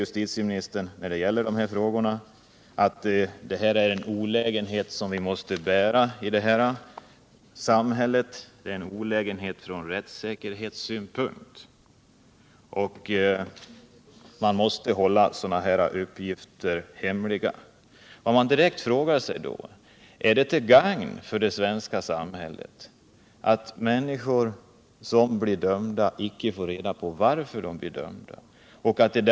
Justitieministern säger att gällande ordning, enligt vilken sådana här uppgifter måste hållas hemliga, är en olägenhet från rättssäkerhetssynpunkt, som vi måste bära i vårt samhälle. Man ställer sig då frågan om det är till gagn för det svenska samhället, att människor som blir dömda icke får reda på varför så har skett.